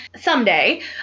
someday